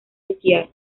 esquiar